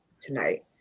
tonight